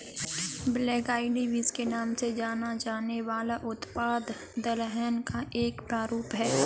black eyed beans के नाम से जाना जाने वाला उत्पाद दलहन का एक प्रारूप है